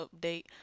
update